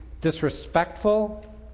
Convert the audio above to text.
disrespectful